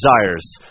desires